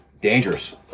Dangerous